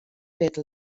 witte